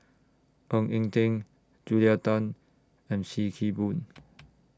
Ng Eng Teng Julia Tan and SIM Kee Boon